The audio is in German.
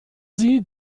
sie